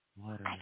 Water